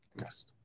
Yes